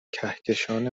کهکشان